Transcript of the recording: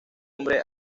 hombre